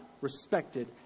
respected